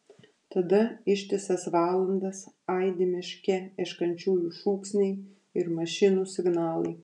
tada ištisas valandas aidi miške ieškančiųjų šūksniai ir mašinų signalai